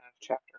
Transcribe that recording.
chapter